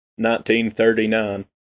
1939